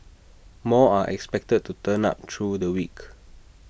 more are expected to turn up through the week